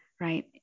right